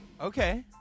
Okay